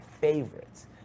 favorites